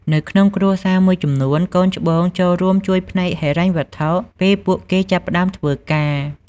នៅក្នុងគ្រួសារមួយចំនួន កូនច្បងចូលរួមជួយផ្នែកហិរញ្ញវត្ថុ ពេលពួកគេចាប់ផ្តើមធ្វើការ។